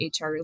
HR